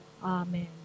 Amen